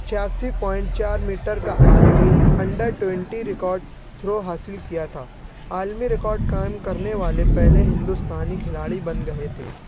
چھیاسی پوائنٹ چار میٹر کا عالمی انڈر ٹوئنٹی ریکارڈ تھرو حاصل کیا تھا عالمی ریکارڈ قائم کرنے والے پہلے ہندوستانی کھلاڑی بن گئے تھے